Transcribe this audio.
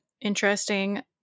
interesting –